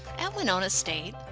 at winona state,